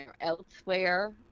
elsewhere